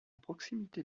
proximité